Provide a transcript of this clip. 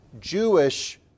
Jewish